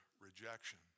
rejection